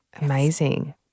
Amazing